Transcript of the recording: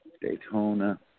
Daytona